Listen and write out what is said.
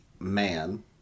Man